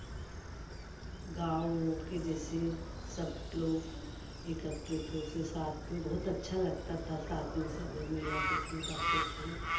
गाँव के जैसे सब लोग एकत्रित हो के साथ में बहुत अच्छा लगता था साथ में सब लोग मेला देखने जाते थे